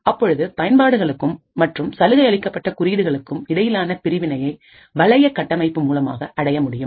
அப்பொழுது பயன்பாடுகளுக்கும் மற்றும் சலுகை அளிக்கப்பட்ட குறியீடுகளுக்கும் இடையிலான பிரிவினையை வளைய கட்டமைப்பு மூலமாக அடைய முடியும்